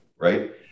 right